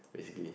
basically